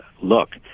look